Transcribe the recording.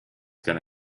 going